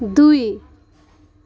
दुई